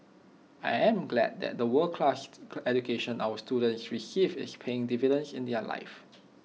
I am glad that the world class education our students receive is paying dividends in their lives